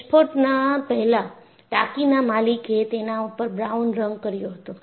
વિસ્ફોટના પહેલા ટાંકીના માલિકે તેના ઉપર બ્રાઉન રંગ કર્યો હતો